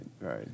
right